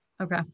Okay